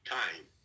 time